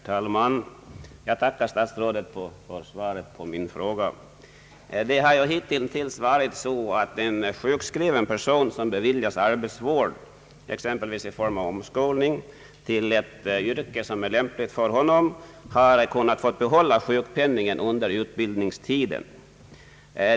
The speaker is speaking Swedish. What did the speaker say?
Herr talman! Jag tackar statsrådet Aspling för svaret. Det har ju hittills varit så att en sjukskriven person som beviljats arbetsvård exempelvis i form av omskolning till yrke, som är lämpligt för honom, har kunnat få behålla sjukpenningen under utbildningstiden.